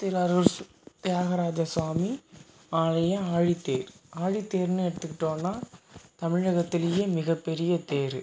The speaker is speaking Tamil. திருவாரூர் தியாகராஜர் சுவாமி ஆலய ஆழித்தேர் ஆழித்தேர்னு எடுத்துகிட்டோம்னா தமிழகத்துலேயே மிகப்பெரிய தேர்